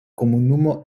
komunumo